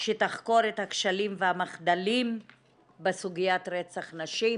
שתחקור את הכשלים והמחדלים בסוגית רצח נשים